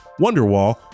Wonderwall